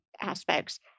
aspects